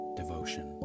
devotion